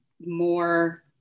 more